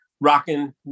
rocking